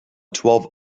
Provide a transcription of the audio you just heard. twelve